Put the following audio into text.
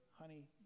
honey